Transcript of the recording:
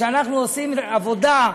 אנחנו עושים עבודה,